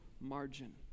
margin